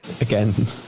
Again